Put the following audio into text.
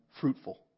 fruitful